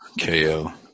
KO